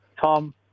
Tom